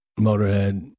Motorhead